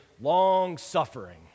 long-suffering